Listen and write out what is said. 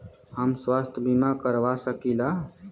हम स्वास्थ्य बीमा करवा सकी ला?